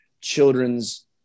children's